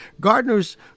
Gardeners